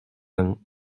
vingts